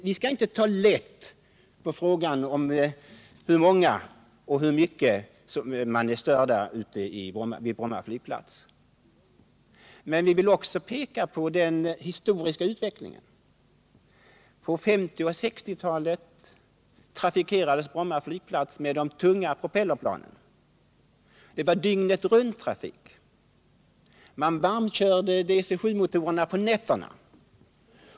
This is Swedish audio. Vi skall inte ta lätt på frågan om hur många som blir störda och hur mycket de blir det vid Bromma flygplats. Men vi vill också peka på den historiska utvecklingen. På 1950 och 1960-talen trafikerades Bromma flygplats med de tunga propellerplanen. Det var dygnetrunttrafik. Man varmkörde DC 7-motorerna på nätterna.